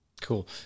Cool